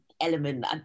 element